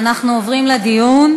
עוברים לדיון.